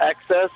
access